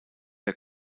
der